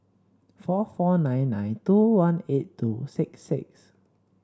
four four nine nine two one eight two six six